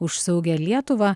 už saugią lietuvą